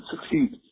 succeed